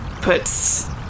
puts